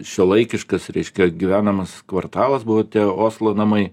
šiuolaikiškas reiškia gyvenamas kvartalas buvo tie oslo namai